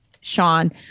Sean